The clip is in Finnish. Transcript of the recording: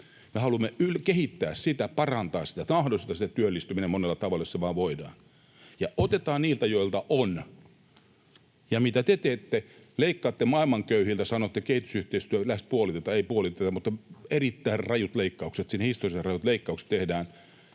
Me haluamme kehittää sitä ja parantaa sitä niin, että mahdollistetaan se työllistyminen niin monella tavalla kuin vaan voidaan, ja otetaan niiltä, joilla on. Ja mitä te teette? Leikkaatte maailman köyhiltä ja sanotte, että kehitysyhteistyö lähes puolitetaan — ei puoliteta, mutta erittäin rajut leikkaukset siinä, historiallisen rajut leik-kaukset tehdään